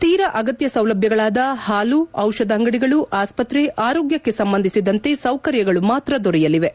ತೀರ ಅಗತ್ಯ ಸೌಲಭ್ಧಗಳಾದ ಹಾಲು ಔಷಧ ಅಂಗಡಿಗಳು ಆಸ್ಪತ್ರೆ ಆರೋಗ್ಯಕ್ಕೆ ಸಂಬಂಧಿಸಿದಂತೆ ಸೌಕರ್ಯಗಳು ಮಾತ್ರ ದೊರೆಯಲಿವೆ